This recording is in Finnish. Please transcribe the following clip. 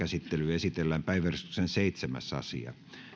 esitellään päiväjärjestyksen seitsemäs asia